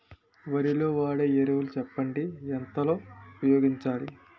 వరిలో వాడే ఎరువులు చెప్పండి? ఎంత లో ఉపయోగించాలీ?